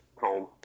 Home